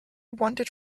wanted